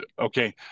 Okay